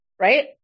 right